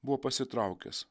buvo pasitraukęs